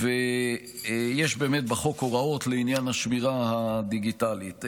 בחוק יש באמת הוראות לעניין השמירה הדיגיטלית.